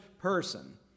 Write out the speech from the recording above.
person